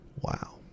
Wow